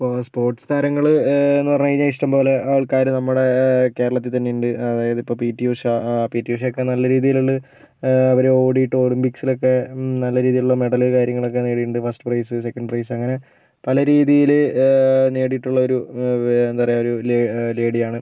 ഇപ്പോൾ സ്പോർട്സ് താരങ്ങള് എന്ന് പറഞ്ഞ് കഴിഞ്ഞാൽ ഇഷ്ടം പോലെ ആൾക്കാര് നമ്മുടെ കേരളത്തിൽ തന്നെയുണ്ട് അതായത് ഇപ്പോൾ P T Usha P T ഉഷയൊക്കെ നല്ല രീതിയിലുള്ള അവര് ഓടിയിട്ട് ഒളിമ്പിക്സിൽ ഒക്കെ നല്ല രീതിയിലുള്ള മെഡല് കാര്യങ്ങളൊക്കെ നേടിയിട്ടുണ്ട് ഫസ്റ്റ് പ്രൈസ് സെക്കൻഡ് പ്രൈസ് അങ്ങനെ പല രീതിയില് നേടിയിട്ടുള്ള ഒരു എന്താ പറയുക ഒരു ലേ ഒരു ലേഡിയാണ്